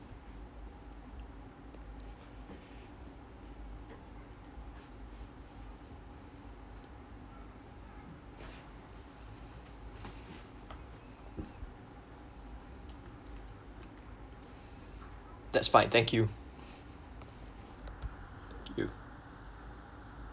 that's fine thank you thank you